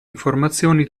informazioni